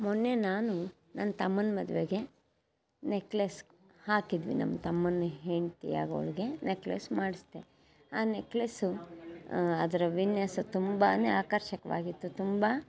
ಮೊನ್ನೆ ನಾನು ನನ್ನ ತಮ್ಮನ ಮದುವೆಗೆ ನೆಕ್ಲೆಸ್ ಹಾಕಿದ್ವಿ ನಮ್ಮ ತಮ್ಮನ ಹೆಂಡತಿ ಆಗೋಳಿಗೆ ನೆಕ್ಲೆಸ್ ಮಾಡ್ಸಿದ್ರೆ ಆ ನೆಕ್ಲೆಸ್ಸು ಅದರ ವಿನ್ಯಾಸ ತುಂಬಾ ಆಕರ್ಷಕವಾಗಿತ್ತು ತುಂಬ